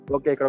Okay